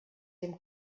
dem